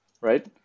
right